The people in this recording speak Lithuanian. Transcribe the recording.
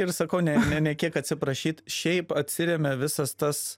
ir sakau ne ne kiek atsiprašyt šiaip atsiremia visas tas